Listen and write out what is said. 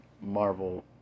Marvel